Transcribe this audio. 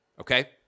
Okay